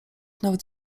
nawet